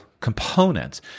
components